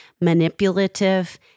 manipulative